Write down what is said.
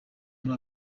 muri